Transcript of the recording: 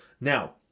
Now